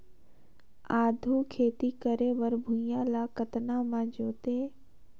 आघु खेती करे बर भुइयां ल कतना म जोतेयं?